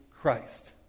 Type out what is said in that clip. Christ